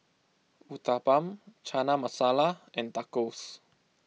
Uthapam Chana Masala and Tacos